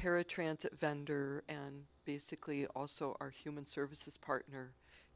paratransit vendor and basically also our human services partner